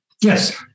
Yes